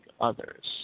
others